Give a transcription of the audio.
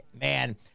man